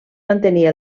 mantenir